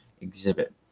exhibit